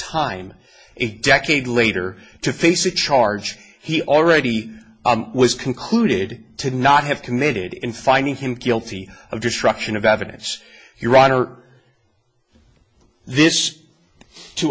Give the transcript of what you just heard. in a decade later to face a charge he already was concluded to not have committed in finding him guilty of destruction of evidence your honor this to